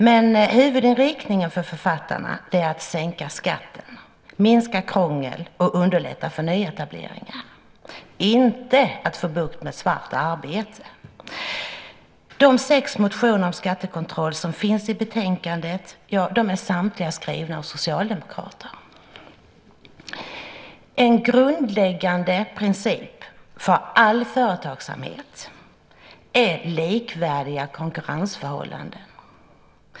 Men huvudinriktningen för författarna är att sänka skatten, minska krångel och underlätta för nyetableringar, inte att få bukt med svart arbete. Samtliga sex motioner om skattekontroll som finns i betänkandet är skrivna av socialdemokrater. En grundläggande princip för all företagsamhet är likvärdiga konkurrensförhållanden.